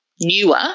newer